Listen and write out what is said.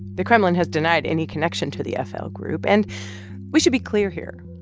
the kremlin has denied any connection to the yeah fl group. and we should be clear here.